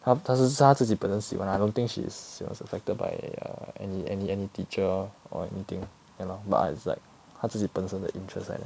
她她是她自己本身喜欢 I don't think she was affected by err any any any teacher or anything you know but it's like 她自己本身的 interest 来的